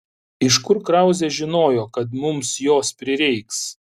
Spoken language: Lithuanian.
iš kur krauzė žinojo kad mums jos prireiks